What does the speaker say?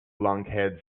lunkheads